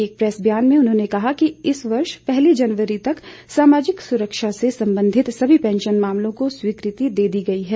एक प्रैस ब्यान में उन्होंने कहा है कि इस वर्ष पहली जनवरी तक सामाजिक सुरक्षा से संबंधित सभी पैंशन मामलों को स्वीकृति दे दी गई है